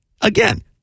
Again